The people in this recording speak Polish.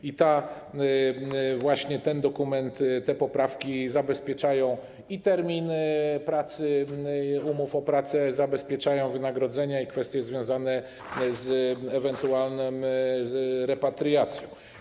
I właśnie ten dokument, te poprawki zabezpieczają terminy umów o pracę, zabezpieczają wynagrodzenia i kwestie związane z ewentualną repatriacją.